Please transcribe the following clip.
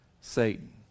Satan